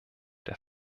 der